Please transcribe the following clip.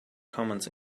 commands